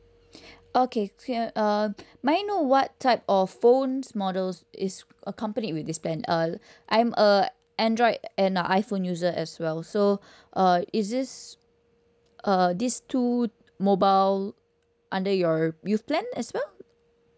okay okay uh may I know what type of phones models is accompanied with this plan uh I'm a android and the iphone user as well so uh is these uh these two mobile under your youth plan as well